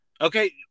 okay